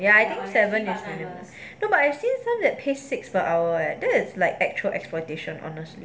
ya I think seven last time no but I've seen some that pays six per hour leh that's like actual exploitation honestly